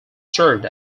served